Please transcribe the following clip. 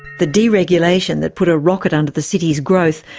the deregulation that put a rocket under the city's growth,